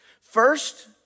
First